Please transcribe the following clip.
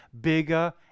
bigger